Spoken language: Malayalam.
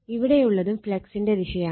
ഇവിടെയുള്ളതും ഫ്ളക്സിന്റെ ദിശയാണ്